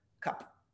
cup